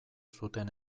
zuten